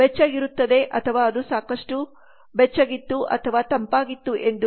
ಬೆಚ್ಚಗಿರುತ್ತದೆ ಅಥವಾ ಅದು ಸಾಕಷ್ಟು ಬೆಚ್ಚಗಿರುತ್ತದೆ ಅಥವಾ ಅದು ತಂಪಾಗಿತ್ತು ಎಂದು